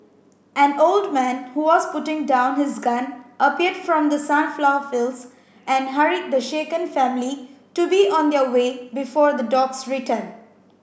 an old man who was putting down his gun appeared from the sunflower fields and hurried the shaken family to be on their way before the dogs return